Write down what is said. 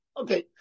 Okay